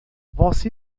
você